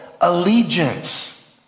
allegiance